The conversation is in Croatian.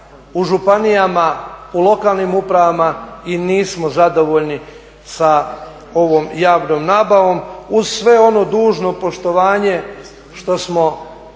u županijama, u lokalnim upravama i nismo zadovoljni sa ovom javnom nabavom, uz sve ono dužno poštovanje što smo